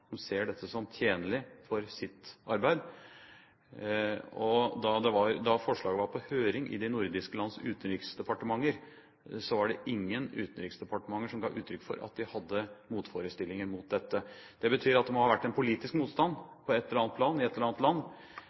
som ser dette som tjenlig for sitt arbeid. Da forslaget var på høring i de nordiske landenes utenriksdepartementer, var det ingen utenriksdepartementer som ga uttrykk for at de hadde motforestillinger mot dette. Det betyr at det må ha vært politisk motstand på et eller annet plan i et eller annet land.